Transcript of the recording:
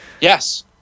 Yes